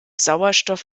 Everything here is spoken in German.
sauerstoff